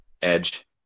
Edge